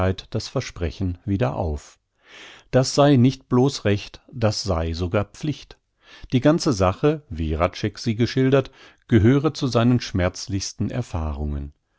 das versprechen wieder auf das sei nicht blos recht das sei sogar pflicht die ganze sache wie hradscheck sie geschildert gehöre zu seinen schmerzlichsten erfahrungen